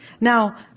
Now